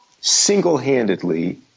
Single-handedly